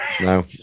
No